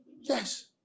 Yes